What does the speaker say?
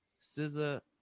scissor